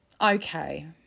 Okay